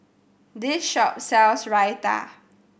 this shop sells Raita